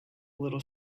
little